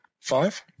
Five